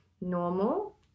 normal